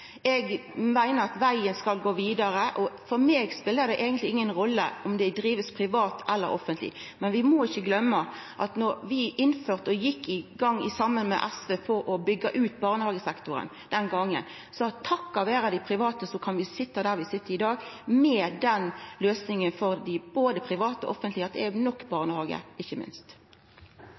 Eg meiner at vegen skal gå vidare, og for meg spelar det eigentleg ingen rolle om dei er private eller offentlege. Vi må ikkje gløyma at vi gjekk saman med SV om å byggja ut barnehagesektoren den gongen, så takk vera dei private kan vi sitja der vi sit i dag med den løysinga, med både private og offentlege, og at det er nok barnehagar ikkje minst.